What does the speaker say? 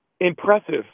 impressive